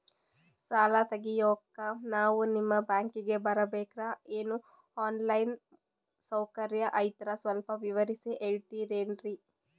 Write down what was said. ಸಾಲ ತೆಗಿಯೋಕಾ ನಾವು ನಿಮ್ಮ ಬ್ಯಾಂಕಿಗೆ ಬರಬೇಕ್ರ ಏನು ಆನ್ ಲೈನ್ ಸೌಕರ್ಯ ಐತ್ರ ಸ್ವಲ್ಪ ವಿವರಿಸಿ ಹೇಳ್ತಿರೆನ್ರಿ?